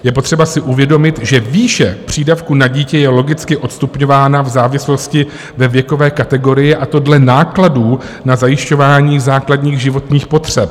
Je potřeba si uvědomit, že výše přídavku na dítě je logicky odstupňována v závislosti na věkové kategorii, a to dle nákladů na zajišťování základních životních potřeb.